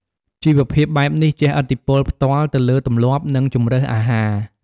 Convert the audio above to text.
ជីវភាពបែបនេះជះឥទ្ធិពលផ្ទាល់ទៅលើទម្លាប់ និងជម្រើសអាហារ។